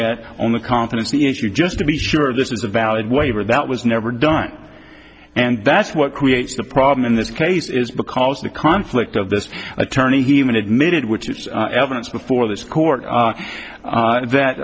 at on the confidence the issue just to be sure this is a valid waiver that was never done and that's what creates the problem in this case is because of the conflict of this attorney he even admitted which is evidence before this court that that